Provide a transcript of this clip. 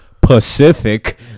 Pacific